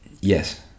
yes